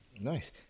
Nice